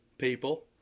people